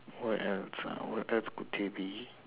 what else ah what else could there be